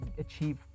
achieve